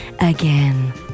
again